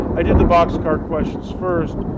i did the boxcar questions first.